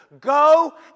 Go